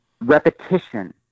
repetition